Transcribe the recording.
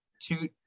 two